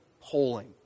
polling